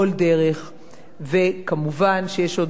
וכמובן יש עוד סעיפים רבים לחוק,